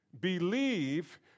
believe